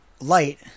light